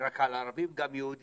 רק על ערבים, גם יהודים,